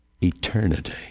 eternity